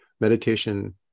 meditation